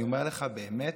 אני אומר לך באמת,